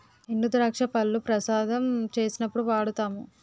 ఎండుద్రాక్ష పళ్లు ప్రసాదం చేసినప్పుడు వాడుతాము